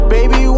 Baby